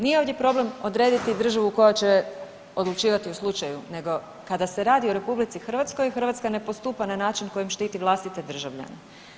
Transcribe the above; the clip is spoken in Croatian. Nije ovdje problem odrediti državu koja će odlučivati o slučaju, nego kada se radi o RH, Hrvatska ne postupa na način kojim štiti vlastite državljane.